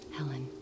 Helen